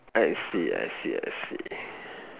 I see I see I see